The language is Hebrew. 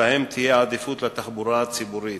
שבהם תהיה עדיפות לתחבורה הציבורית.